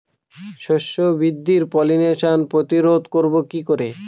শস্য বৃদ্ধির পলিনেশান প্রতিরোধ করব কি করে?